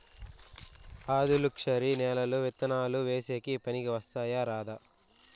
ఆధులుక్షరి నేలలు విత్తనాలు వేసేకి పనికి వస్తాయా రాదా?